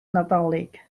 nadolig